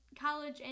college